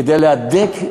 כדי להדק,